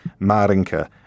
Marinka